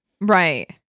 Right